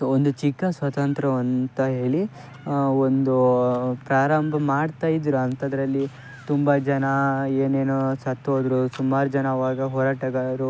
ಒಂದು ಚಿಕ್ಕ ಸ್ವತಂತ್ರವಂತ ಹೇಳಿ ಒಂದು ಪ್ರಾರಂಭ ಮಾಡ್ತಾ ಇದ್ರು ಅಂಥದ್ದರಲ್ಲಿ ತುಂಬ ಜನ ಏನೇನೋ ಸತ್ತು ಹೋದರು ಸುಮಾರು ಜನ ಅವಾಗ ಹೋರಾಟಗಾರರು